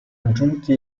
aggiunte